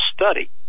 study